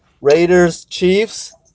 Raiders-Chiefs